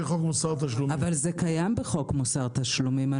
אבל הנושא הזה קיים בחוק מוסר תשלומים.